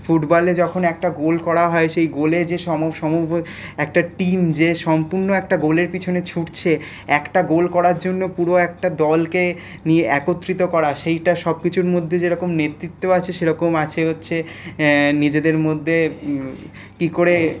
ফুটবলে যখন একটা গোল করা হয় সেই গোলে যে সম সম একটা টিম যে সম্পূর্ণ একটা গোলের পিছনে ছুটছে একটা গোল করার জন্য পুরো একটা দলকে নিয়ে একত্রিত করা সেইটা সব কিছুর মধ্যে যেরকম নেতৃত্ব আছে সেরকম আছে হচ্ছে নিজেদের মধ্যে কি করে